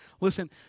Listen